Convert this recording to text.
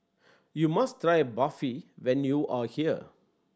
you must try Barfi when you are here